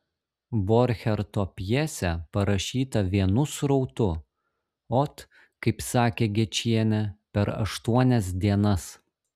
borcherto pjesė parašyta vienu srautu ot kaip sakė gečienė per aštuonias dienas